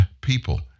people